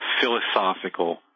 philosophical